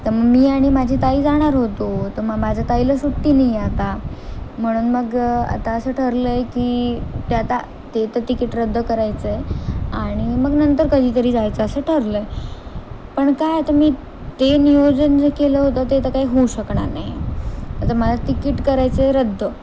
तर मग मी आणि माझी ताई जाणार होतो तर मग माझ्या ताईला सुट्टी नाही आहे आता म्हणून मग आता असं ठरलं आहे की त्या आता ते तर तिकीट रद्द करायचं आहे आणि मग नंतर कधीतरी जायचं असं ठरलं आहे पण काय आता मी ते नियोजन जे केलं होतं ते तर काही होऊ शकणार नाही आता मला तिकीट करायचं आहे रद्द